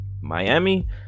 miami